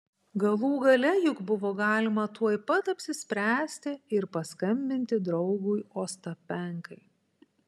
galų gale juk buvo galima tuoj pat apsispręsti ir paskambinti draugui ostapenkai